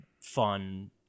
fun